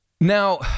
Now